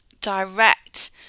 direct